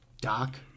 DOC